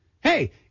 Hey